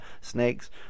snakes